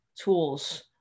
tools